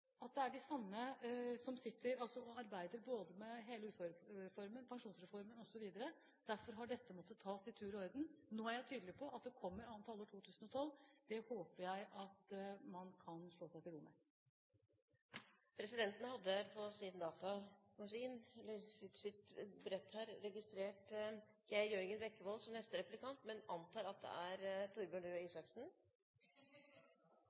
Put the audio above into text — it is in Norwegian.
at det er de samme som sitter og arbeider både med uførereformen, pensjonsreformen osv. Derfor har dette måttet tas i tur og orden. Nå er jeg tydelig på at det kommer i annet halvår 2012. Det håper jeg at man kan slå seg til ro med. Replikkordskiftet er omme. Flere har ikke bedt om ordet til sak nr. 8. Ingen har bedt om ordet. Denne saka gjeld berre tre tekniske endringar i